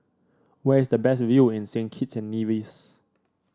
where is the best view in Saint Kitts and Nevis